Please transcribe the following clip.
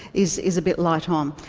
is is a bit light um